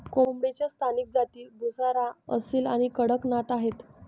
कोंबडीच्या स्थानिक जाती बुसरा, असील आणि कडकनाथ आहेत